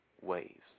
waves